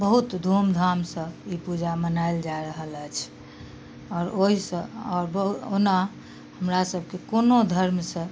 बहुत धूमधाम सँ ई पूजा मनायल जा रहल अछि आओर ओहिसँ आओर बहुना हमरा सबके कोनो धर्मसँ